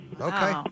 Okay